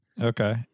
Okay